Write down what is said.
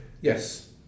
Yes